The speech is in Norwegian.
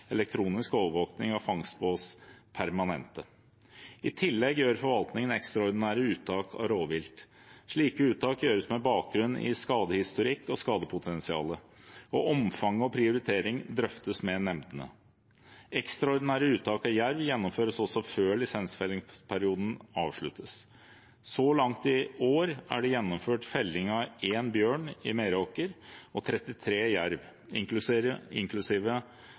elektronisk overvåking av fangstbås permanente. I tillegg gjør forvaltningen ekstraordinære uttak av rovvilt. Slike uttak gjøres med bakgrunn i skadehistorikk og skadepotensial. Omfanget og prioritering drøftes med nemndene. Ekstraordinære uttak av jerv gjennomføres også før lisensfellingsperioden avsluttes. Så langt i år er det gjennomført felling av én bjørn i Meråker og 33 jerv,